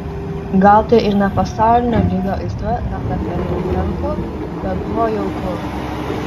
gal tai ir ne pasaulinio lygio aistra verta fejerverkų bet buvo jauku